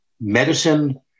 medicine